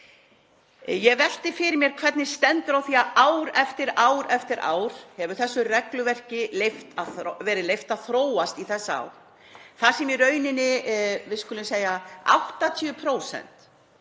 Ég velti fyrir mér hvernig stendur á því að ár eftir ár hafi þessu regluverki verið leyft að þróast í þessa átt þar sem, við skulum segja 80%